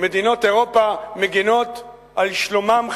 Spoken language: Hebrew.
מדינות אירופה מגינות על שלומם,